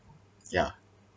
ya